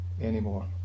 anymore